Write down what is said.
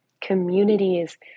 Communities